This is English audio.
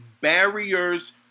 barriers